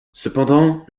cependant